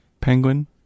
Penguin